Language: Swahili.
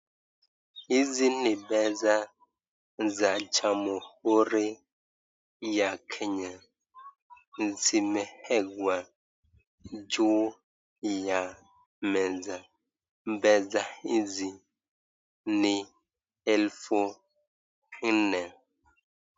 Hizi ni pesa za jamhuri ya Kenya , zimewekwa juu ya meza ,pesa hizi ni elfu nne.